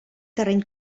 terreny